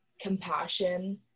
compassion